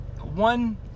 one